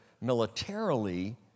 militarily